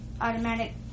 automatic